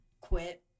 quit